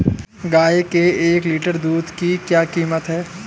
गाय के एक लीटर दूध की क्या कीमत है?